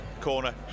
corner